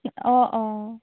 অঁ অঁ